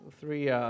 three